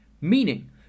Meaning